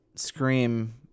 scream